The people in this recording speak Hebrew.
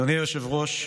אדוני היושב-ראש,